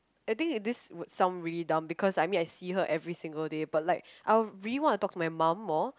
I think it this would sound really dumb because I mean I see her every single day but like I really want to talk to my mum more